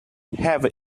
have